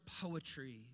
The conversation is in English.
poetry